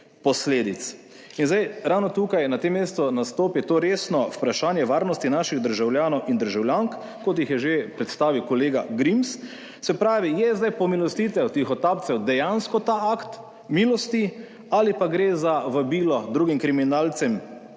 posledic. In zdaj, ravno tukaj, na tem mestu nastopi to resno vprašanje varnosti naših državljanov in državljank, kot jih je že predstavil kolega Grims. Se pravi, je zdaj pomilostitev tihotapcev dejansko ta akt milosti ali pa gre za vabilo drugim kriminalcem,